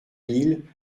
mille